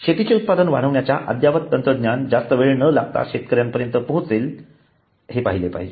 शेतीचे उत्पादन वाढवण्यासाठी अद्ययावत तंत्रज्ञान जास्त वेळ न लागता शेतकऱ्यांपर्यंत पोहोचले पाहिजे